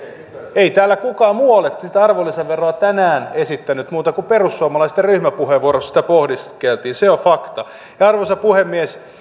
ei täällä kukaan muu ole sitä arvonlisäveroa tänään esittänyt vain perussuomalaisten ryhmäpuheenvuorossa sitä pohdiskeltiin se on fakta arvoisa puhemies